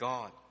God